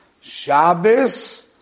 Shabbos